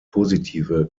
positive